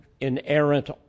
inerrant